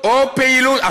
או פעילות צבאית.